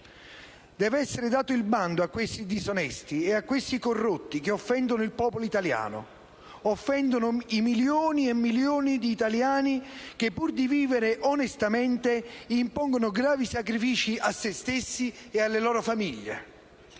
Deve essere dato il bando a questi disonesti e a questi corrotti, che offendono il popolo italiano, offendono i milioni e milioni di italiani che, pur di vivere onestamente, impongono gravi sacrifici a se stessi e alle loro famiglie.